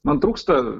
man trūksta